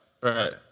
right